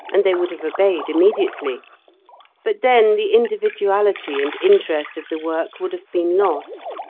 and they would have obeyed immediately but then the individuality and interest of the work would have been lost.